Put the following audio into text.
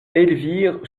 elvire